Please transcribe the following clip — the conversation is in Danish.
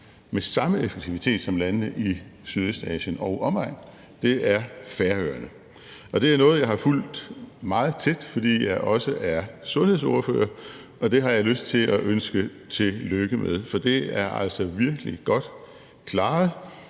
med samme effektivitet som landene i Sydøstasien og omegn, er Færøerne. Det er noget, jeg har fulgt meget tæt, fordi jeg også er sundhedsordfører, og det har jeg lyst til at ønske tillykke med, for det er altså virkelig godt klaret,